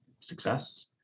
success